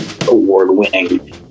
award-winning